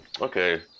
okay